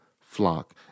flock